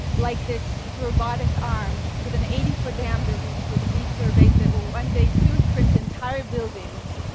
like this robotic arm with an eighty foot diameter reach with a vehicular base that will one day soon print entire buildings,